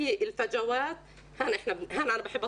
צריך לעשות מיפוי